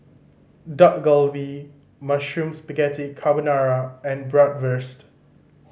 Dak Galbi Mushroom Spaghetti Carbonara and Bratwurst